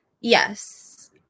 Yes